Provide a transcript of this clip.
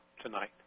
tonight